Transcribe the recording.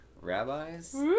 Rabbis